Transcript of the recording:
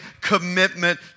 commitment